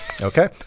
Okay